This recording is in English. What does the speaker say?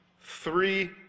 three